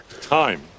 Time